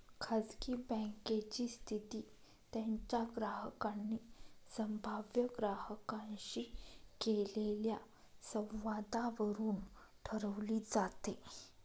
खाजगी बँकेची स्थिती त्यांच्या ग्राहकांनी संभाव्य ग्राहकांशी केलेल्या संवादावरून ठरवली जाते